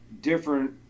different